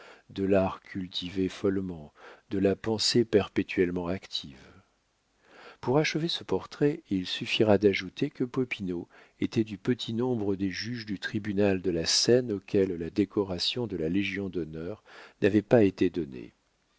de l'art cultivé follement de la pensée perpétuellement active pour achever ce portrait il suffira d'ajouter que popinot était du petit nombre des juges du tribunal de la seine auxquels la décoration de la légion-d'honneur n'avait pas été donnée